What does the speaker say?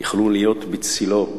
יוכלו להיות בצלו,